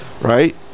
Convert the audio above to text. Right